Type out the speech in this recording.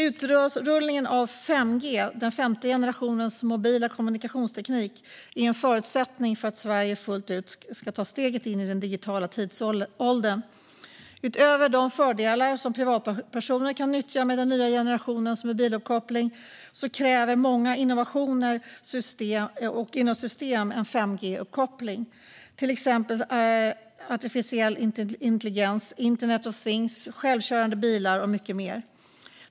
Utrullningen av 5G, den femte generationens mobila kommunikationsteknik, är en förutsättning för att Sverige fullt ut ska ta steget in i den digitala tidsåldern. Utöver de fördelar som privatpersoner kan nyttja med den nya generationens mobiluppkoppling kräver många innovationer och system en 5G-uppkoppling, till exempel artificiell intelligens, internet of things, självkörande bilar och mycket mer.